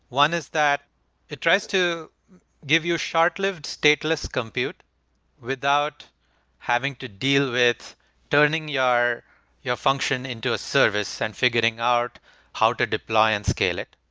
one is that it tries to give you a short-lived stateless compute without having to deal with turning your your function into a service and figuring out how to deploy and scale it.